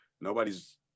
nobody's